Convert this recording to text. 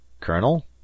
Colonel